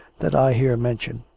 that i here mention,